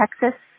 Texas